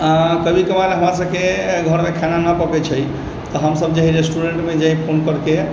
कभि कभार हमरा सभके घरके खाना न पकै छै तऽ हम सभ जे हइ रेस्टोरेन्ट मे जे हइ फोन करिके